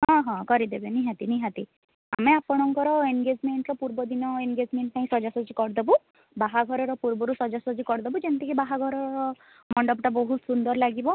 ହଁ ହଁ କରିଦେବେ ନିହାତି ନିହାତି ଆମେ ଆପଣଙ୍କର ଏନ୍ଗେଜ୍ମେଣ୍ଟ୍ର ପୂର୍ବ ଦିନ ଏନ୍ଗେଜ୍ମେଣ୍ଟ୍ ପାଇଁ ସଜ୍ଜାସଜ୍ଜି କରିଦେବୁ ବାହାଘରର ପୂର୍ବରୁ ସଜ୍ଜାସଜ୍ଜି କରିଦେବୁ ଯେମିତି ବାହାଘରର ମଣ୍ଡପଟା ବହୁତ ସୁନ୍ଦର ଲାଗିବ